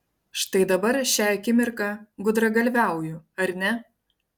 štai dabar šią akimirką gudragalviauju ar ne